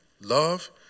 love